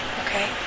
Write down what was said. okay